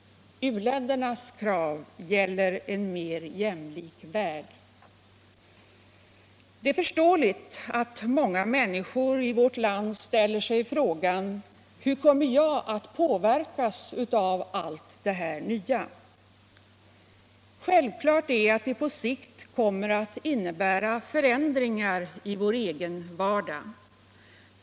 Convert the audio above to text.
U-ländernas krav gäller en mer jämlik värld. Det är förståeligt alt många människor här i Sverige ställer sig frågan: Hur kommer jag att påverkas av allt detta nya? Självklart är att det på sikt kommer att innebära förändringar i vår egen vardag.